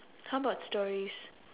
how about stories